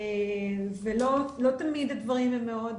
לא תמיד הדברים הם מאוד